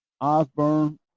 Osborne